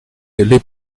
les